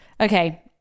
okay